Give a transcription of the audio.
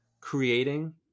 creating